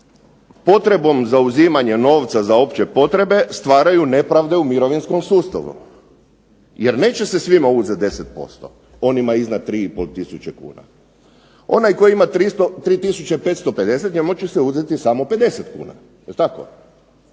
potrebom za uzimanje novca za opće potrebe stvaraju nepravde u mirovinskom sustavu. Jer neće se svima uzeti 10% onima iznad 3 i pol tisuće kuna. Onaj koji ima 3550 njemu će se uzeti samo 50 kuna. Jel' tako?